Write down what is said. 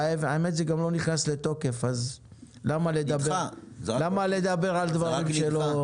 והאמת זה גם לא נכנס לתוקף, אז למה לדבר על דברים.